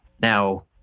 Now